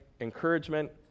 encouragement